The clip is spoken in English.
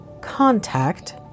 Contact